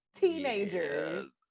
teenagers